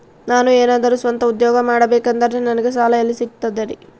ನಾನು ಏನಾದರೂ ಸ್ವಂತ ಉದ್ಯೋಗ ಮಾಡಬೇಕಂದರೆ ನನಗ ಸಾಲ ಎಲ್ಲಿ ಸಿಗ್ತದರಿ?